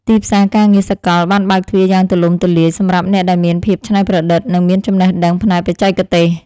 ទីផ្សារការងារសកលបានបើកទ្វារយ៉ាងទូលំទូលាយសម្រាប់អ្នកដែលមានភាពច្នៃប្រឌិត និងមានចំណេះដឹងផ្នែកបច្ចេកទេស។